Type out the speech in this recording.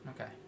Okay